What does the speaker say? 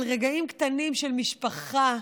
על רגעים קטנים של משפחה,